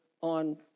on